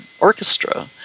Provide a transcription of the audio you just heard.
orchestra